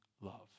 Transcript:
love